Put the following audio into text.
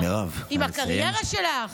עם הקריירה שלך,